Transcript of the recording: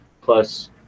Plus